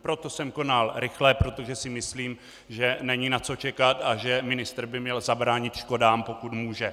Proto jsem konal rychle, protože si myslím, že není na co čekat a že ministr by měl zabránit škodám, pokud může.